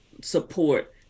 support